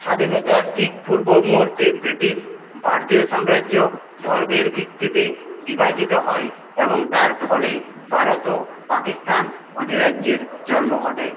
স্বাধীনতার ঠিক পূর্ব মুহুর্তে ব্রিটিশ ভারতীয় সাম্রাজ্য ধর্মের ভিত্তিতে বিভাজিত হয় এবং তার ফলে ভারত ও পাকিস্তান অধিরাজ্যের জন্ম ঘটে